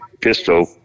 pistol